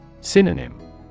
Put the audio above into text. Synonym